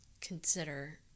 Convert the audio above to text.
consider